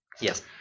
Yes